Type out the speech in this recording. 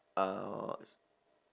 uh